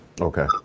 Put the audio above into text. Okay